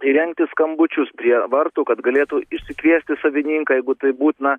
įrengti skambučius prie vartų kad galėtų išsikviesti savininką jeigu tai būtina